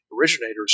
originators